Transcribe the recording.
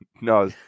No